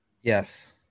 Yes